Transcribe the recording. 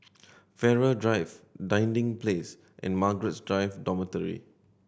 Farrer Drive Dinding Place and Margaret Drive Dormitory